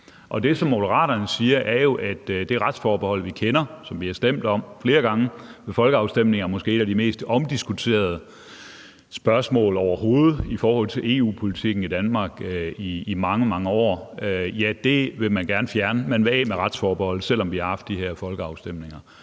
Det, som Moderaterne siger, er jo, at det retsforbehold, vi kender, og som vi har stemt om flere gange ved folkeafstemninger, og som måske har været et af de mest omdiskuterede spørgsmål overhovedet i forhold til EU-politikken i Danmark i mange, mange år, vil man gerne fjerne. Man vil af med retsforbeholdet, selv om vi har haft de her folkeafstemninger.